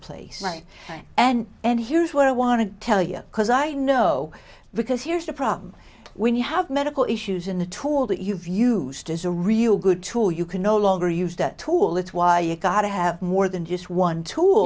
place and and here's what i want to tell you because i know because here's the problem when you have medical issues in the tool that you've used as a real good tool you can no longer use that tool that's why you've got to have more than just one tool